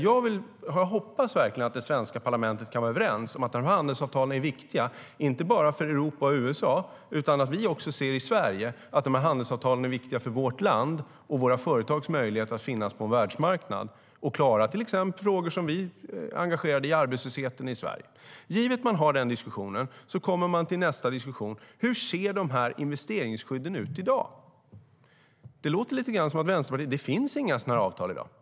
Jag hoppas verkligen att det svenska parlamentet kan vara överens om att de här handelsavtalen är viktiga, inte bara för Europa och USA utan för vårt land och våra företags möjligheter att finnas på en världsmarknad och klara till exempel frågor som vi är engagerade i, till exempel arbetslösheten i Sverige.Givet att man har den diskussionen kommer man till nästa diskussion: Hur ser investeringsskydden ut i dag? Det låter lite grann på Vänsterpartiet som att det inte finns några sådana avtal i dag.